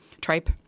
tripe